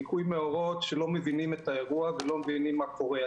ליקוי מאורות שלא מבינים את האירוע ולא מבינים מה קורה.